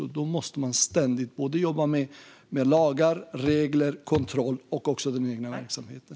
Då måste man ständigt jobba med lagar, regler och kontroll och även med den egna verksamheten.